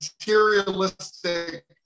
materialistic